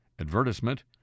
advertisement